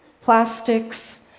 plastics